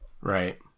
right